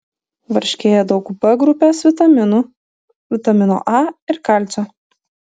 varškėje daug b grupės vitaminų vitamino a ir kalcio